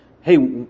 hey